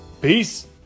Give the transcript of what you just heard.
Peace